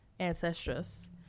Ancestress